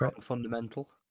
Fundamental